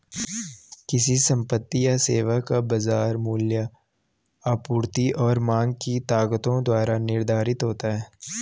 किसी संपत्ति या सेवा का बाजार मूल्य आपूर्ति और मांग की ताकतों द्वारा निर्धारित होता है